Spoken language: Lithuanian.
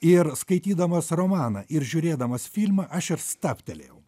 ir skaitydamas romaną ir žiūrėdamas filmą aš ir stabtelėjau